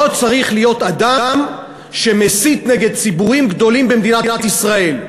לא צריך להיות אדם שמסית נגד ציבורים גדולים במדינת ישראל: